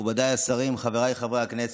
מכובדיי השרים, חבריי חברי הכנסת,